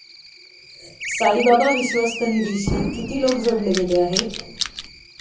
साईबाबा विश्वस्त निधीशी किती लोक जोडले गेले आहेत?